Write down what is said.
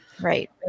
Right